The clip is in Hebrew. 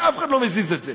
שאף אחד לא מזיז את זה.